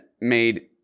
made